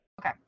Okay